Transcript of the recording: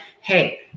hey